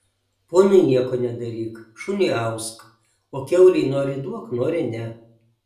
ponui nieko nedaryk šuniui ausk o kiaulei nori duok nori ne